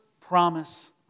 promise